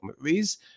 movies